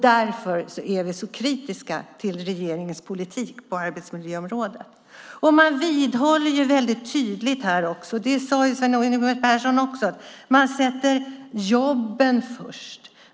Därför är vi så kritiska till regeringens politik på arbetsmiljöområdet. Man vidhåller väldigt tydligt - det sade Sven Yngve Persson också - att man sätter jobben först.